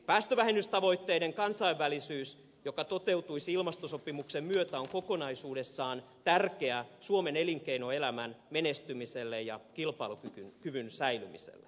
päästövähennystavoitteiden kansainvälisyys joka toteutuisi ilmastosopimuksen myötä on kokonaisuudessaan tärkeä suomen elinkeinoelämän menestymiselle ja kilpailukyvyn säilymiselle